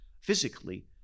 physically